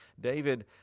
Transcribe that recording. David